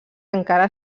encara